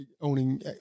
owning